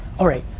all right,